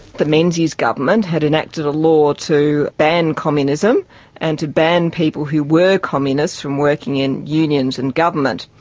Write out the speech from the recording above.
the menzies government had enacted a law to ban communism and to ban people who were communists from working in unions and government.